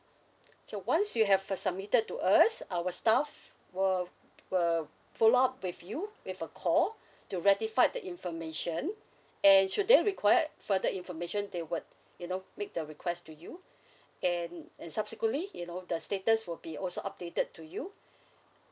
so once you have uh submitted to us our staff will will follow up with you with a call to rectified the information and should they require further information they would you know make the request to you and and subsequently you know the status will be also updated to you